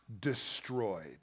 destroyed